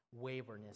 waverness